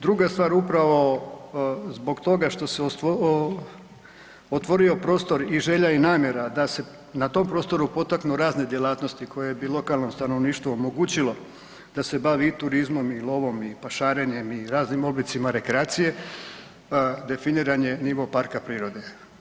Druga stvar, upravo zbog toga što se otvorio prostor i želja i namjera da se na tom prostoru potaknu razne djelatnosti koje bi lokalnom stanovništvu omogućilo da se bavi i turizmom i lovom i pašarenjem i raznim oblicima rekreacije, definiran je nivo parka prirode.